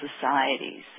societies